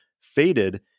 faded